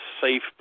safe